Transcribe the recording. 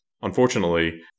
Unfortunately